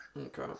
Okay